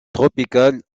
tropical